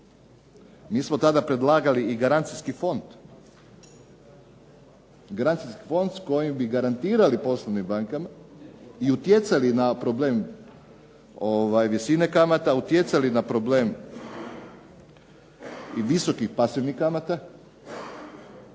Mi smo tada predlagali i garancijski fond s kojim bi garantirali poslovnim bankama i utjecali na problem visine kamata, utjecali na problem i visokih pasivnih kamata,